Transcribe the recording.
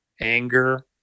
anger